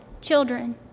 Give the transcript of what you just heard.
children